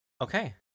Okay